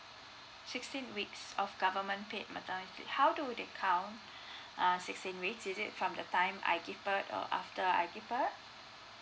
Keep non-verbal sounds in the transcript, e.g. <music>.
sixteen weeks of government paid maternity how do they count <breath> uh sixteen weeks is it from the time I give birth or after I give birth